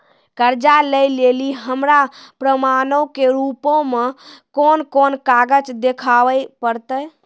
कर्जा लै लेली हमरा प्रमाणो के रूपो मे कोन कोन कागज देखाबै पड़तै?